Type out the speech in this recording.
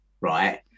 right